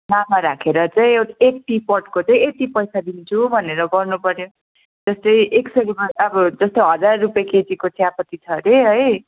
नाफा राखेर चाहिँ एउ एक टी पटको चाहिँ यति पैसा दिन्छु भनेर गर्नुपऱ्यो जस्तै एक सयमा अब जस्तै हजार रुपियाँ केजीको चियापती छ अरे है